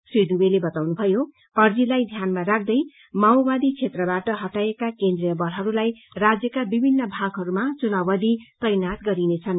श्री दुवेले बताउनुभयो ऊर्जीलाई ध्यानमा रख्दै माओवादी क्षेत्रबाट हटाइएका केन्द्रीय बलहरूलाई राज्यका विभिन्न भागहरूमा चुनाउवधि तैनात गरिनेछन्